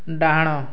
ଡ଼ାହାଣ